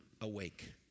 Awake